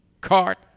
cart